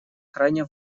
крайне